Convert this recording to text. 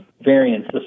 variants